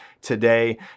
today